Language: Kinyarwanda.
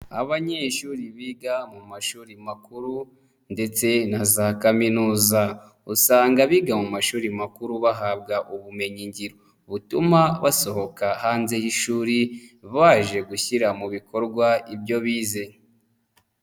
Abanyeshuri biga mu mashuri makuru ndetse na za Kaminuza. Usanga biga mu mashuri makuru bahabwa ubumenyigiro. Butuma basohoka hanze y'ishuri baje gushyira mu bikorwa ibyo bize.